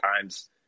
Times